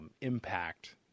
impact